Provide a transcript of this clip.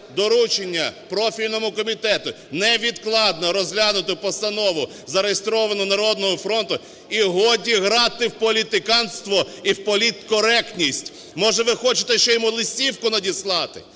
доручення профільному комітету невідкладно розглянути постанову, зареєстровану "Народним фронтом". І годі грати в політиканство і в політкоректність. Може ви хочете ще йому листівку надіслати?